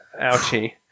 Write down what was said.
Ouchie